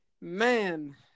man